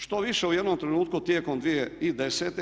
Što više u jednom trenutku tijekom 2010.